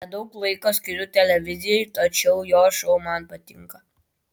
nedaug laiko skiriu televizijai tačiau jo šou man patinka